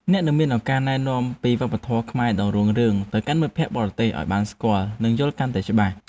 អ្នកនឹងមានឱកាសណែនាំពីវប្បធម៌ខ្មែរដ៏រុងរឿងទៅកាន់មិត្តភក្តិបរទេសឱ្យបានស្គាល់និងយល់កាន់តែច្បាស់។